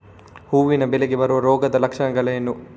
ಹೂವಿನ ಬೆಳೆಗೆ ಬರುವ ರೋಗದ ಲಕ್ಷಣಗಳೇನು?